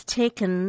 taken